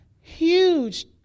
huge